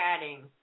chatting